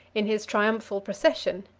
in his triumphal procession.